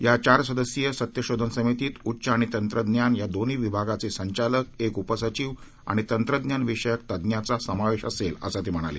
या चार सदस्यीय सत्यशोधन समितीत उच्च आणि तंत्रज्ञान या दोन्ही विभागांचे संचालक एक उपसचिव आणि तंत्रज्ञान विषयक तज्ज्ञाचा समावेश असेल असं ते म्हणाले